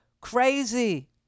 crazy